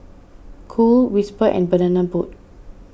Cool Whisper and Banana Boat